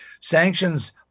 sanctions